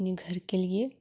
अपने घर के लिए